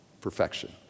Perfection